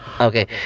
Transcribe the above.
okay